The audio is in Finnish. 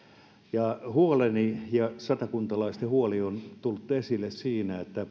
pori huoleni ja satakuntalaisten huoli on ollut siinä että